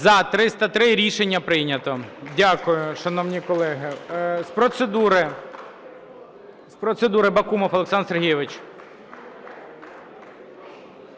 За-303 Рішення прийнято. Дякую, шановні колеги. З процедури – Бакумов Олександр Сергійович.